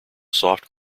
soft